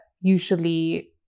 usually